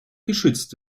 geschützt